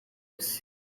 yose